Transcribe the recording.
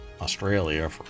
Australia